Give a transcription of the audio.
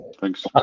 Thanks